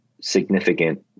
significant